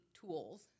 tools